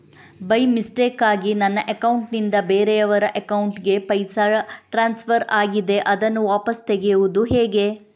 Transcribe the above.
By ಮಿಸ್ಟೇಕಾಗಿ ನನ್ನ account ನಿಂದ ಬೇರೆಯವರ ಅಕೌಂಟ್ ಗೆ ಪೈಸೆ ಟ್ರಾನ್ಸ್ಫರ್ ಆಗಿದೆ ಅದನ್ನು ವಾಪಸ್ ತೆಗೆಯೂದು ಹೇಗೆ?